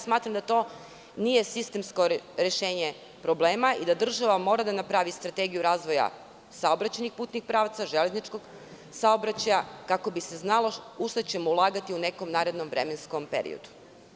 Smatram da to nije sistemsko rešenje problema i da država mora da napravi strategiju razvoja saobraćajnih putnih pravaca, železničkog saobraćaja, kako bi se znalo u šta ćemo ulagati u nekom narednom vremenskom periodu.